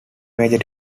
major